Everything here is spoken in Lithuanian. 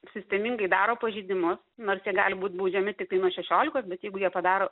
sistemingai daro pažeidimus nors jie gali būt baudžiami tiktai nuo šešiolikos bet jeigu jie padaro